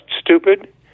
stupid